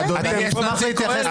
אדוני, יש פה נציג קהלת.